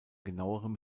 genauerem